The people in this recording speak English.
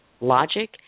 logic